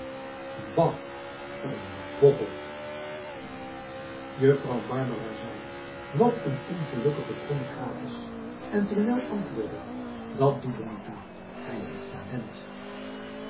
een bochel juffrouw barbara zei wat een ongelukkige kromme krates en tournel antwoordde dat doet er niet toe hij heeft talent